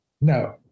no